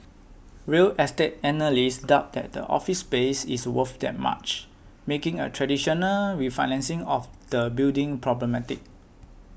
real estate analysts doubt that the office space is worth that much making a traditional refinancing of the building problematic